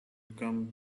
come